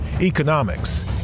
economics